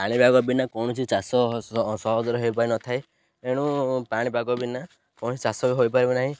ପାଣିପାଗ ବିନା କୌଣସି ଚାଷ ସହଜରେ ହେଇପାରି ନ ଥାଏ ଏଣୁ ପାଣିପାଗ ବିନା କୌଣସି ଚାଷ ବି ହୋଇପାରିବ ନାହିଁ